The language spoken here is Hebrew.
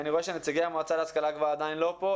אני רואה שנציגי המועצה להשכלה גבוהה עדיין לא כאן.